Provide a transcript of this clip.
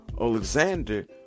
Alexander